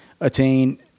attain